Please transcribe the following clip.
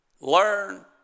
learn